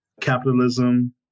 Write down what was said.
capitalism